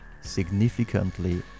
significantly